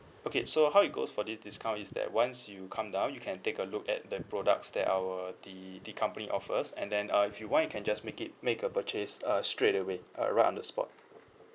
okay so how it goes for this discount is that once you come down you can take a look at the products that our the the company offers and then uh if you want you can just make it make a purchase uh straightaway uh right on the spot